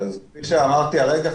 כפי שאמרתי הרגע,